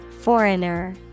Foreigner